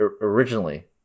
originally